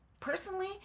personally